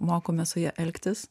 mokomės su ja elgtis